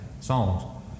songs